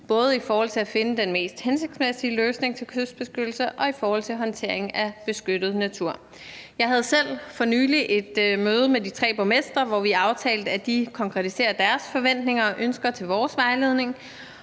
både i forhold til at finde den mest hensigtsmæssige løsning til kystbeskyttelse og i forhold til håndtering af beskyttet natur. Jeg havde selv for nylig et møde med de tre borgmestre, hvor vi aftalte, at de konkretiserer deres forventninger og ønsker til vores vejledning,